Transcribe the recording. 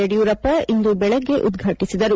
ಯಡಿಯೂರಪ್ಪ ಇಂದು ಬೆಳಿಗ್ಗೆ ಉದ್ವಾಟಿಸಿದರು